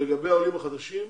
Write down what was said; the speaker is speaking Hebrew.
לגבי העולים החדשים,